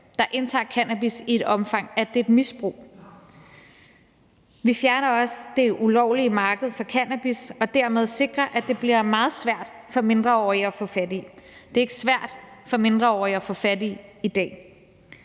og indtager cannabis i et omfang, så der er tale om et misbrug. Vi fjerner også det ulovlige marked for cannabis og sikrer dermed, at det bliver meget svært for mindreårige at få fat i. Det er ikke svært for mindreårige at få fat i i dag.